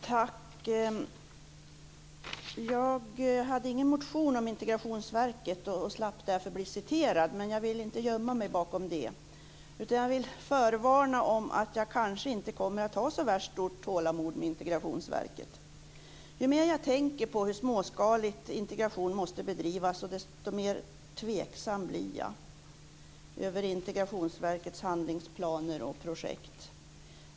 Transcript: Herr talman! Jag hade ingen motion om Integrationsverket och slapp därför bli citerad, men jag vill inte gömma mig bakom det. Jag vill förvarna om att jag kanske inte kommer att ha så värst stort tålamod med Integrationsverket. Ju mer jag tänker på hur småskaligt integration måste bedrivas, desto mer tveksam blir jag över Integrationsverkets handlingsplaner och projekt.